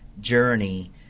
journey